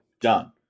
Done